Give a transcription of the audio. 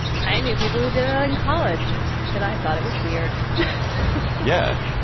i knew people who died ah in college and i thought it was weird yeah,